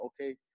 Okay